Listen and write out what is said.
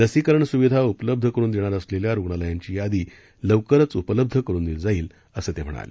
लसीकरण सुविधा उपलब्ध करुन देणार असलेल्या रुग्णालयांची यादी लवकरच उपलब्ध करून दिली जाईल असं ते म्हणाले